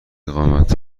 اقامت